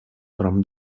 bram